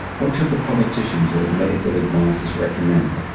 what should the politicians or medical advisers recommend?